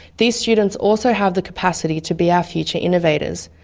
these students also have the capacity to be our future innovators.